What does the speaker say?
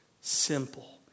simple